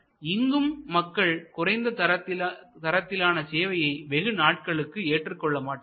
ஆனால் இங்கும் மக்கள் குறைந்த தரத்திலான சேவையை வெகுநாட்களுக்கு ஏற்றுக்கொள்ளமாட்டார்கள்